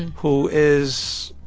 who is